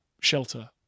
shelter